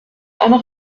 einer